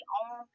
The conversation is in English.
own